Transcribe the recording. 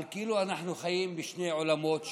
כאילו אנחנו חיים בשני עולמות שונים.